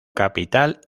capital